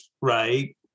right